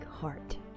heart